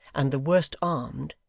and the worst armed,